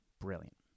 Brilliant